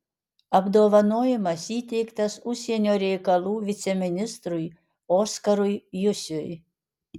apdovanojimas įteiktas užsienio reikalų viceministrui oskarui jusiui